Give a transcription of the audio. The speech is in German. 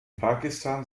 pakistan